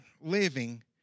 living